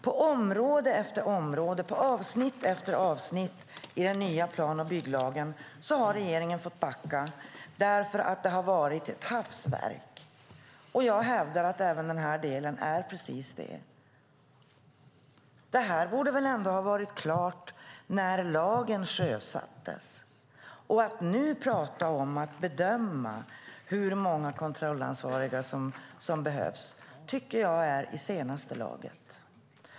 På område efter område och avsnitt efter avsnitt i den nya plan och bygglagen har regeringen fått backa för att det har varit ett hafsverk. Jag hävdar att även denna del är det. Det här borde ha varit klart när lagen sjösattes. Att man nu talar om att bedöma hur många kontrollansvariga som behövs är i senaste laget.